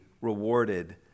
rewarded